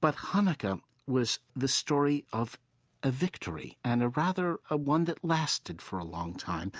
but hanukkah was the story of a victory, and a rather ah one that lasted for a long time